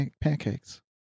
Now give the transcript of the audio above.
pancakes